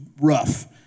rough